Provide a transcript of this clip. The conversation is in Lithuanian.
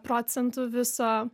procentų viso